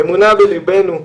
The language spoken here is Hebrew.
אמונה בליבנו,